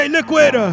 Liquid